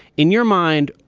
in your mind,